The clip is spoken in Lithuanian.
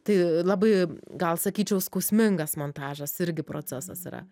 tai labai gal sakyčiau skausmingas montažas irgi procesas yra